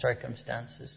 circumstances